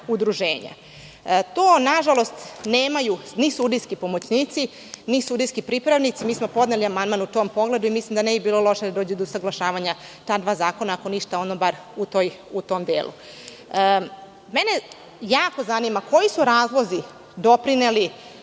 To, na žalost, nemaju ni sudijski pomoćnici, ni sudijski pripravnici. Podneli smo amandman u tom pogledu i mislim da ne bi bilo loše da dođe do usaglašavanja ta dva zakona, ako ništa, onda barem u tom delu. Mene jako zanima koji su to razlozi doprineli